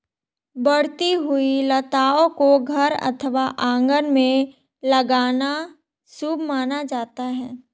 बढ़ती हुई लताओं को घर अथवा आंगन में लगाना शुभ माना जाता है